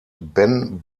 ben